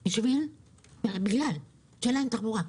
כי אין להם תחבורה.